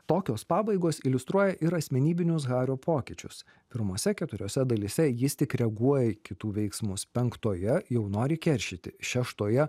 tokios pabaigos iliustruoja ir asmenybinius hario pokyčius pirmose keturiose dalyse jis tik reaguoja į kitų veiksmus penktoje jau nori keršyti šeštoje